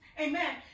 Amen